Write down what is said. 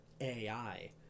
AI